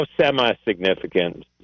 semi-significant